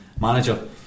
Manager